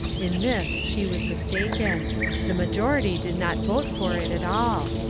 in this she was mistaken the majority did not vote for it at all.